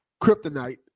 kryptonite